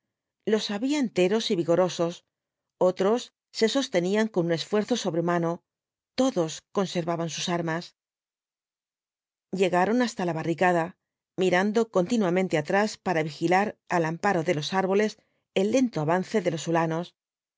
los había enteros y vigorosos otros se sostenían con un esfuerzo sobrehumano todos conservaban sus armas llegaron hasta la barricada mirando continuamente atrás para vigilar al amparo de los árboles el lento avance de los huíanos